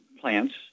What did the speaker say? plants